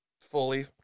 fully